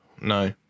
no